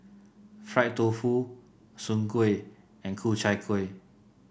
Fried Tofu Soon Kuih and Ku Chai Kueh